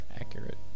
Accurate